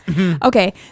Okay